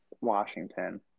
Washington